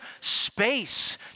space